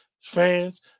fans